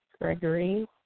Gregory